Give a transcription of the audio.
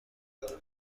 دارم